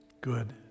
Good